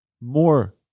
more